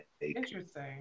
interesting